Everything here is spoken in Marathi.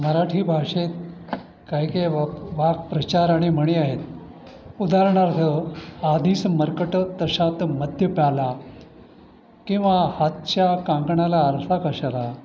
मराठी भाषेत काही काही वा वाक्प्रचार आणि म्हणी आहेत उदाहरणार्थ आधीच मर्कट तशात मद्य प्याला किंवा हातच्या कंकणाला आरसा कशाला